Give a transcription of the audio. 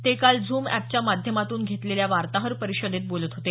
ते काल झूम ऍपच्या माध्यमातून घेतलेल्या वार्ताहर परिषदेत बोलत होते